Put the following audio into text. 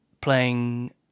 playing